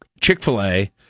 Chick-fil-A